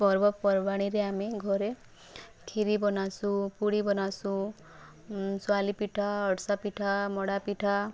ପର୍ବପର୍ବାଣୀରେ ଆମେ ଘରେ କ୍ଷୀରି ବନାସୁଁ ପୁଡ଼ି ବନାସୁଁ ସୋୟାଲି ପିଠା ଆଡ଼ଶା ପିଠା ମଡ଼ା ପିଠା